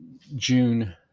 June